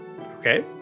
Okay